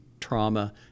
trauma